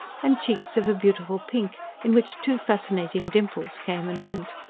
and cheeks of a beautiful pink, in which two fascinating dimples came and went.